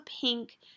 pink